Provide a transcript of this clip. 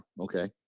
okay